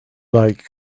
like